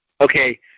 Okay